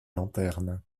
lanterne